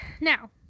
now